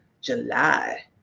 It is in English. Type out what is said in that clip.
July